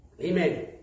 Amen